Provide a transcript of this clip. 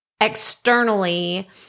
externally